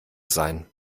sein